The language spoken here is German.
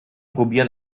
probieren